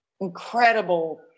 incredible